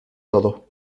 todo